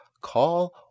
call